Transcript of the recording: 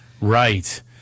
Right